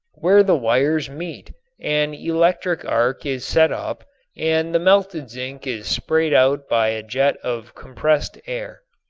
where the wires meet an electric arc is set up and the melted zinc is sprayed out by a jet of compressed air.